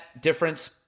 difference